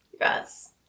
Yes